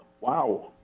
wow